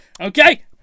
okay